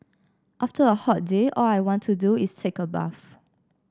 after a hot day all I want to do is take a bath